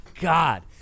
God